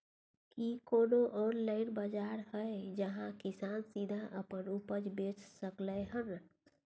की कोनो ऑनलाइन बाजार हय जहां किसान सीधा अपन उपज बेच सकलय हन?